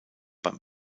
beim